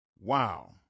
Wow